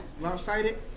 lopsided